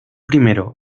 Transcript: primero